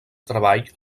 treball